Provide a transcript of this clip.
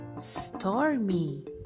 Stormy